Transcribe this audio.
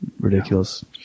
ridiculous